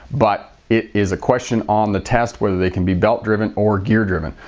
but it is a question on the test whether they can be belt driven or gear driven.